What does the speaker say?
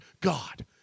God